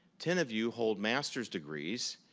ten of you hold master's degrees.